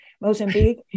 Mozambique